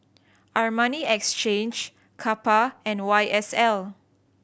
Armani Exchange Kappa and Y S L